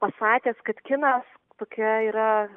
pasakęs kad kinas tokia yra